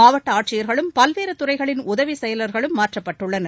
மாவட்ட ஆட்சியர்களும் பல்வேறு துறைகளின் உதவி செயலர்களும் மாற்றப்பட்டுள்ளனர்